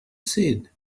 said